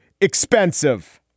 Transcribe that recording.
expensive